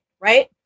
Right